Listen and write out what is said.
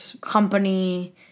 company